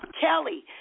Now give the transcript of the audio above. Kelly